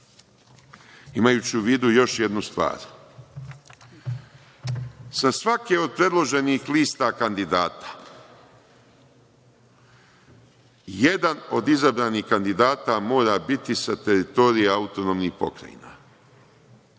imajući u vidu još jednu stvar. Sa svake od predloženih lista kandidata jedan od izabranih kandidata mora biti sa teritorije autonomnih pokrajina.